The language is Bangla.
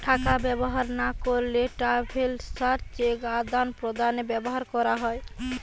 টাকা ব্যবহার না করলে ট্রাভেলার্স চেক আদান প্রদানে ব্যবহার করা হয়